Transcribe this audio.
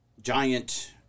giant